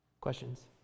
Questions